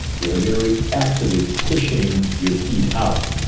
you're very actively pushing your feet out,